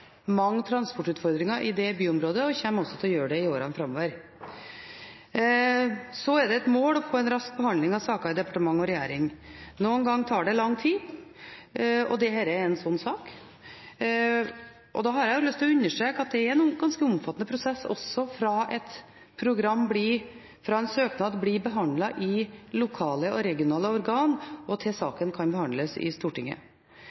mange transportutfordringer i det byområdet, og kommer også til å gjøre det i årene framover. Så er det et mål å få en rask behandling av saker i departement og regjering. Noen ganger tar det lang tid, og dette er en slik sak. Da har jeg lyst til å understreke at det er en ganske omfattende prosess også fra en søknad blir behandlet i lokale og regionale organer til saken kan behandles i Stortinget.